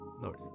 lord